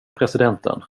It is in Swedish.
presidenten